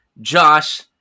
Josh